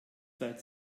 seit